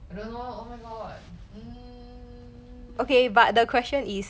I don't know oh my god mm